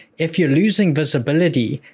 if you're losing visibility,